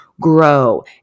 grow